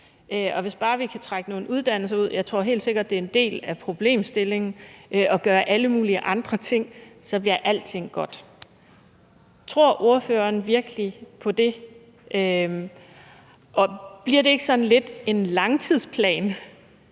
at vi bare kan trække nogle uddannelser derud. Jeg tror helt sikkert, at det er en del af problemstillingen, nemlig at gøre alle mulige andre ting, for så bliver alting godt. Tror ordføreren virkelig på det? Og bliver det ikke sådan lidt en langtidsplan?